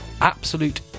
absolute